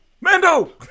Mando